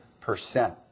percent